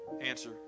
answer